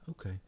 Okay